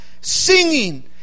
singing